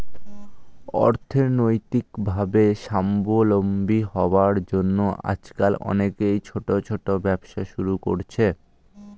অর্থনৈতিকভাবে স্বাবলম্বী হওয়ার জন্য আজকাল অনেকেই ছোট ছোট ব্যবসা শুরু করছে